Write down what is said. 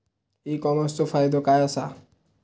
E कॉमर्सचो फायदो काय असा?